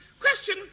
question